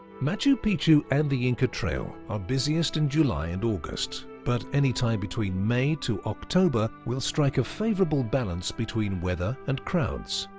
machu picchu and the inca trail are busiest in july and august, but anytime between may to october will strike a favourable balance between weather and crowds.